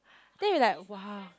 then we like !wah!